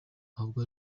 ahubwo